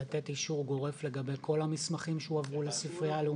לתת אישור גורף לגבי כל המסמכים שהועברו לספרייה הלאומית?